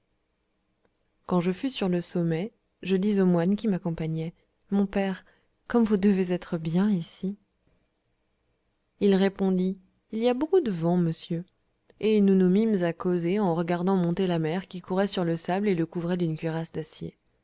quand je fus sur le sommet je dis au moine qui m'accompagnait mon père comme vous devez être bien ici il répondit il y a beaucoup de vent monsieur et nous nous mîmes à causer en regardant monter la mer qui courait sur le sable et le couvrait d'une cuirasse d'acier